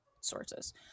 sources